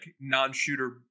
non-shooter